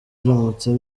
biramutse